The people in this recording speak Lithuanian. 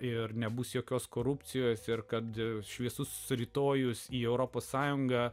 ir nebus jokios korupcijos ir kad dėl šviesus rytojus į europos sąjungą